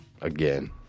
again